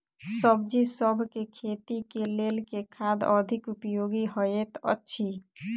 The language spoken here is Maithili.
सब्जीसभ केँ खेती केँ लेल केँ खाद अधिक उपयोगी हएत अछि?